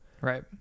Right